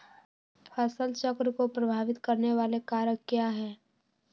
फसल चक्र को प्रभावित करने वाले कारक क्या है?